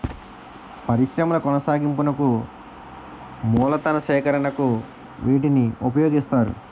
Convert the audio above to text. పరిశ్రమల కొనసాగింపునకు మూలతన సేకరణకు వీటిని ఉపయోగిస్తారు